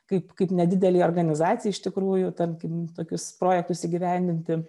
kaip kaip nedidelei organizacijai iš tikrųjų tarkim tokius projektus įgyvendinti